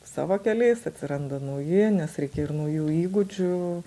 savo keliais atsiranda nauji nes reikia ir naujų įgūdžių